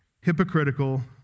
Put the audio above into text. hypocritical